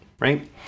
right